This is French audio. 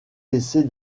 laisser